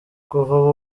kuva